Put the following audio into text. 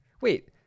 Wait